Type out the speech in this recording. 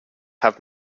have